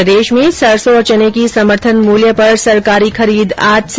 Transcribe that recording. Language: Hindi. प्रदेश में सरसों और चने की समर्थन मूल्य पर सरकारी खरीद आज से